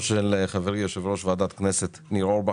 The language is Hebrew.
של חברי יושב-ראש ועדת הכנסת ניר אורבך.